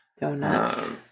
Donuts